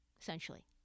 essentially